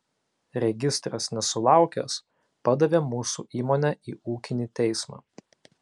registras nesulaukęs padavė mūsų įmonę į ūkinį teismą